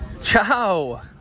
Ciao